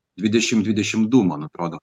dvidešimt dvidešimt du man atrodo